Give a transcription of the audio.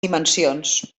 dimensions